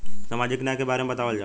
सामाजिक न्याय के बारे में बतावल जाव?